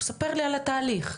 ספר לי על התהליך.